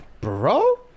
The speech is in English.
bro